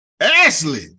Ashley